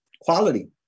quality